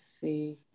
see